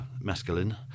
masculine